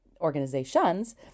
organizations